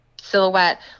silhouette